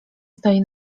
stoi